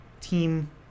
team